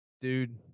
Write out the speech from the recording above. dude